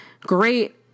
great